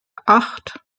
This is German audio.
acht